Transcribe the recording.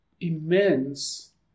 immense